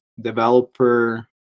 developer